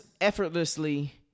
effortlessly